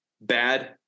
bad